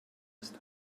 ist